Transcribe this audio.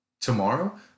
Tomorrow